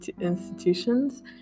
institutions